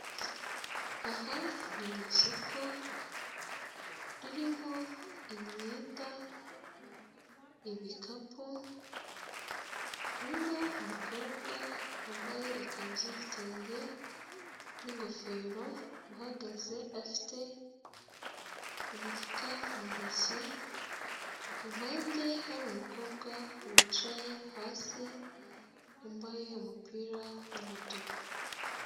Aha ni mu isoko ririmo imyenda, ibikapu, harimo umukobwa wambaye ikanzu y'igitenge n'ingofero, uhagaze afite umufuka mu ntoki, impande hari umukobwa wicaye hasi wambaye umupira w'umutuku.